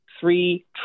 three